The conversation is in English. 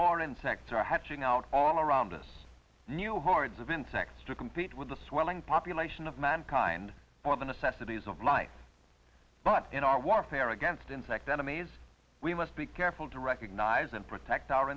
more insects are hatching out all around us new hordes of insects to compete with the swelling population of mankind for the necessities of life but in our warfare against insect enemies we must be careful to recognize and protect our